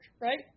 right